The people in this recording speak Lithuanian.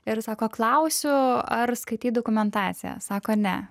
ir sako klausiu ar skaitei dokumentaciją sako ne